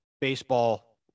baseball